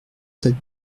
sept